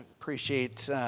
appreciate